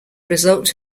result